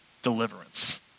deliverance